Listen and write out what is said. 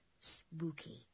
spooky